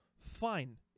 fine